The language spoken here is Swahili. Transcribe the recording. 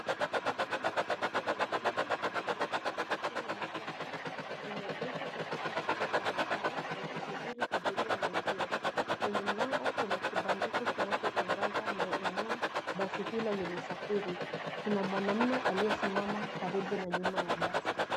Basi la usafiri wa uma la bluu la kampuni ya metro trans, limeegeshwa katika kituo cha magari likisubiri abiria waingie. Kwenye mlango kuna kibandiko kinachotangaza maeneo basi hilo linasafiri. Kuna mwanaume aliyesimama karibu na nyuma ya basi.